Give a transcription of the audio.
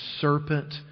serpent